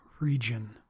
region